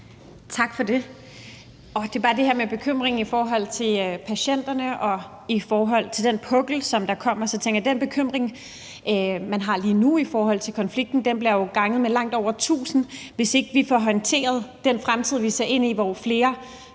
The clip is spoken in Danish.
Tak for det. Det er bare til det her med bekymringen i forhold til patienterne og i forhold til den pukkel, som der kommer, at jeg tænker, at den bekymring, man har lige nu i forhold til konflikten, jo bliver ganget med langt over 1.000, hvis ikke vi får håndteret den fremtid, vi ser ind i, og hvor flere